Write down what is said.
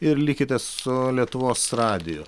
ir likite su lietuvos radiju